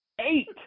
Eight